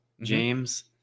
James